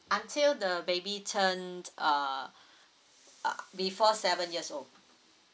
until the baby turn uh before seven years old